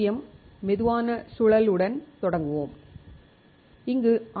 எம்மில் மெதுவான சுழலுடன் தொடங்குவோம் இங்கு ஆர்